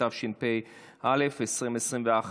התשפ"א 2021,